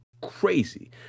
crazy